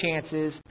chances